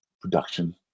production